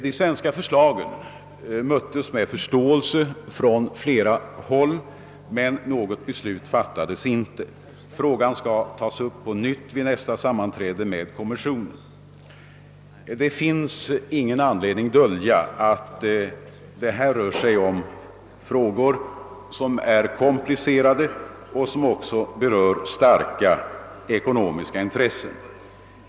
De svenska förslagen möttes med förståelse från flera håll, men något beslut fattades inte. Frågan skall tas upp på nytt vid nästa sammanträde med kommissionen. Det finns ingen anledning dölja att det rör sig om frågor som är komplicerade och som även berör starka ekonomiska intressen.